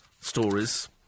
stories